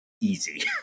easy